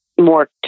more